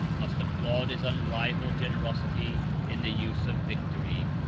must applaud his unrivalled generosity in the use of victory.